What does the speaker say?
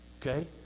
Okay